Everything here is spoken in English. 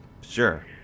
Sure